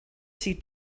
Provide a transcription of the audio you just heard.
see